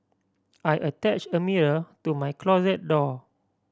I attached a mirror to my closet door